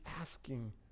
asking